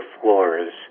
floors